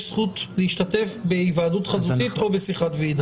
זכות להשתתף בהיוועדות חזותית או בשיחת ועידה.